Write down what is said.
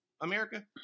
America